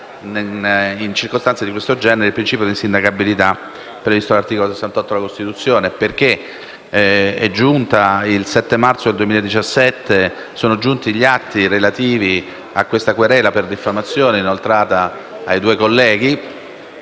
in circostanze di questo genere, il principio di insindacabilità previsto dall'articolo 68 della Costituzione. Infatti, il 7 marzo 2017 ci sono giunti gli atti relativi ad una querela per diffamazione inoltrata ai colleghi